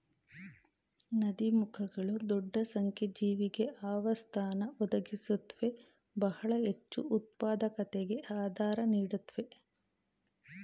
ನದೀಮುಖಗಳು ದೊಡ್ಡ ಸಂಖ್ಯೆ ಜೀವಿಗೆ ಆವಾಸಸ್ಥಾನ ಒದಗಿಸುತ್ವೆ ಬಹಳ ಹೆಚ್ಚುಉತ್ಪಾದಕತೆಗೆ ಆಧಾರ ನೀಡುತ್ವೆ